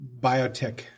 biotech